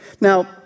Now